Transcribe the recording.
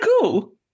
cool